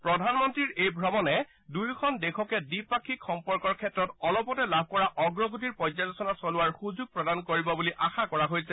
প্ৰধানমন্ত্ৰীৰ এই ভ্ৰমনে দুয়োখন দেশকে দ্বিপাক্ষিক সম্পৰ্কৰ ক্ষেত্ৰত অলপতে লাভ কৰা অগ্ৰগতিৰ পৰ্যালোচনা চলোৱাৰ সুযোগ প্ৰদান কৰিব বুলি আশা কৰা হৈছে